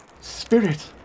Spirit